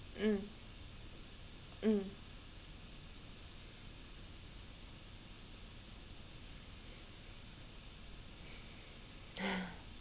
mm mm